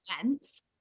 events